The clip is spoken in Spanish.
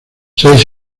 seis